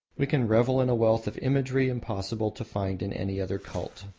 we can revel in a wealth of imagery impossible to find in any other cult.